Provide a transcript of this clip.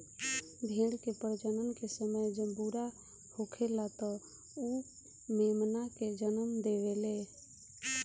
भेड़ के प्रजनन के समय जब पूरा होखेला त उ मेमना के जनम देवेले